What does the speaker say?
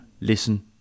listen